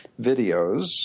videos